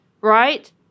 Right